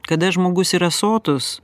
kada žmogus yra sotus